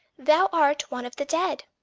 thou art one of the dead!